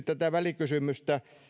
tätä välikysymystä ole tietysti